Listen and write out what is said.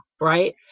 right